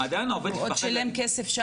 עדיין עובד מפחד להגיד --- ברור.